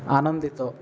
ଆନନ୍ଦିତ